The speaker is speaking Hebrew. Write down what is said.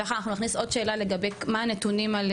שחר, אנחנו נכניס עוד שאלה לגבי מה הנתונים על